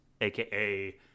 aka